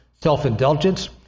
self-indulgence